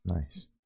nice